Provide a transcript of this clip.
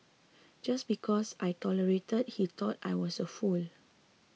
just because I tolerated he thought I was a fool